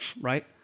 right